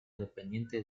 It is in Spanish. dependiente